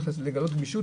איך לגלות גמישות.